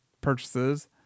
purchases